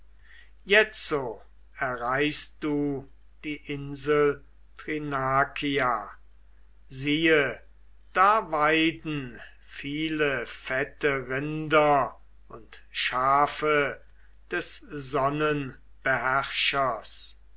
jetzo erreichst du die insel thrinakia siehe da weiden viele fette rinder und schafe des